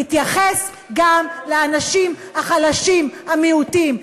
תתייחס גם לאנשים החלשים, למיעוטים.